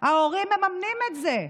ההורים מממנים את זה.